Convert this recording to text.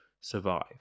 survive